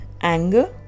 Anger